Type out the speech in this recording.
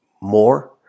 more